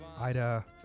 Ida